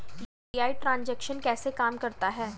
UPI transaction कैसे काम करता है?